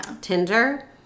Tinder